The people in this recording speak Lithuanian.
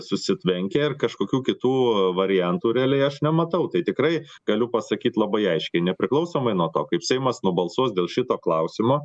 susitvenkę ir kažkokių kitų variantų realiai aš nematau tai tikrai galiu pasakyt labai aiškiai nepriklausomai nuo to kaip seimas nubalsuos dėl šito klausimo